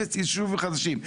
אפס יישובים חדשים.